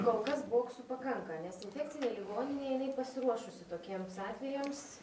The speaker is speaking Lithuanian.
kol kas boksų pakanka nes infekcinė ligoninė jinai pasiruošusi tokiems atvejams